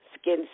skin